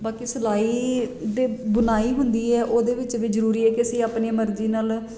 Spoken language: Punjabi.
ਬਾਕੀ ਸਿਲਾਈ ਦੇ ਬੁਣਾਈ ਹੁੰਦੀ ਹੈ ਉਹਦੇ ਵਿੱਚ ਵੀ ਜ਼ਰੂਰੀ ਹੈ ਕਿ ਅਸੀਂ ਆਪਣੀ ਮਰਜ਼ੀ ਨਾਲ